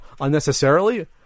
unnecessarily